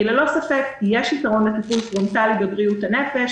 כי ללא ספק יש יתרון לטיפול פרונטלי בבריאות הנפש.